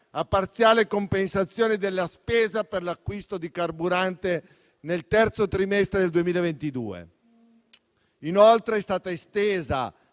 a parziale compensazione della spesa per l'acquisto di carburante nel terzo trimestre del 2022. Inoltre, è stata estesa